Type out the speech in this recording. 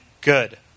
good